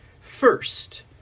First